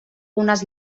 unes